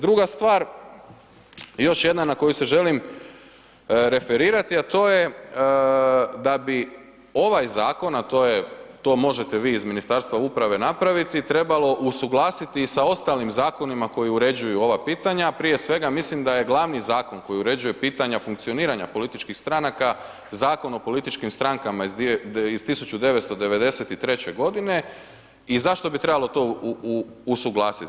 Druga stvar, još jedna na koju se želim referirati, a to je da bi ovaj zakon, a to možete vi iz Ministarstva uprave napraviti, trebalo usuglasiti sa ostalim zakonima koji uređuju ova pitanja, a prije svega mislim da je glavni zakon koji uređuje pitanja funkcioniranja političkih stranaka Zakon o političkim strankama iz 1993.g. i zašto bi trebalo to usuglasiti?